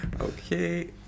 Okay